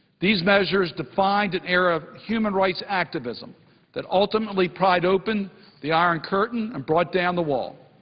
these measures defined an era of human rights activism that ultimately pried open the iron curtain and brought down the wall.